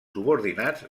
subordinats